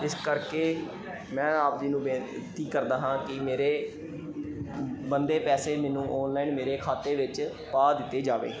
ਇਸ ਕਰਕੇ ਮੈਂ ਆਪ ਜੀ ਨੂੰ ਬੇਨਤੀ ਕਰਦਾ ਹਾਂ ਕਿ ਮੇਰੇ ਬਣਦੇ ਪੈਸੇ ਮੈਨੂੰ ਔਨਲਾਈਨ ਮੇਰੇ ਖਾਤੇ ਵਿੱਚ ਪਾ ਦਿੱਤੇ ਜਾਵੇ